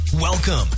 Welcome